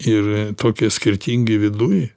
ir tokie skirtingi viduj